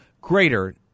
greater